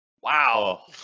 wow